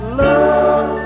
love